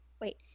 Wait